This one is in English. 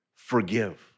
forgive